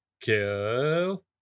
kill